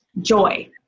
Joy